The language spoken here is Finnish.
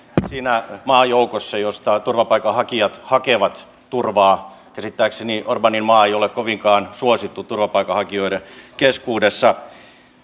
siinä maajoukossa josta turvapaikanhakijat hakevat turvaa käsittääkseni orbanin maa ei ole kovinkaan suosittu turvapaikanhakijoiden keskuudessa